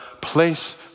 place